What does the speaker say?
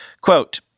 Quote